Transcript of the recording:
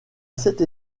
cette